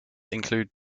include